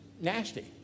nasty